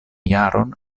jaron